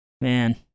man